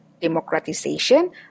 democratization